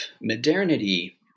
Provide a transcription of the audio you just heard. modernity